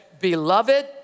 Beloved